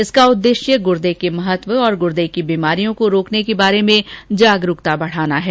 इसका उद्देश्य गुर्दे के महत्व और गुर्दे की बीमारियों को रोकने के बारे में जागरूकता बढ़ाना है